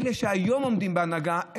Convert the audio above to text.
אלה שהיום עומדים בהנהגה,